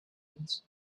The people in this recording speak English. nails